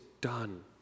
done